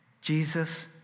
Jesus